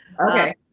Okay